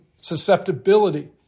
susceptibility